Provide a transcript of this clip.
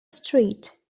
street